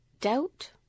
Doubt